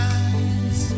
eyes